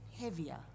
heavier